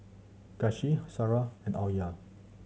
Kasih Sarah and Alya